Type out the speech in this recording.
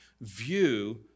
view